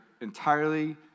entirely